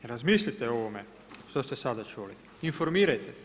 Razmislite o ovome što ste sada čuli, informirajte se.